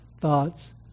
thoughts